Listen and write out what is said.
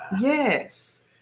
Yes